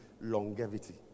longevity